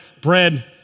bread